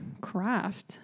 craft